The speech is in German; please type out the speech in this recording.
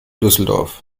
düsseldorf